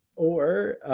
or